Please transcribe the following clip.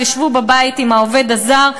תשבו בבית עם העובד הזר,